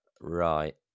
right